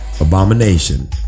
abomination